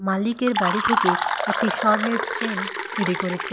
মালিকের বাড়ি থেকে একটি স্বর্ণের চেন চুরি করেছে